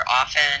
often